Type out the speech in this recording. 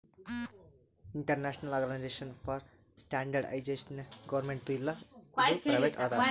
international organization for standardization ಗೌರ್ಮೆಂಟ್ದು ಇಲ್ಲ ಇದು ಪ್ರೈವೇಟ್ ಅದಾ